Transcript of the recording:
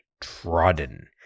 trodden